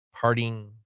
parting